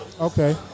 okay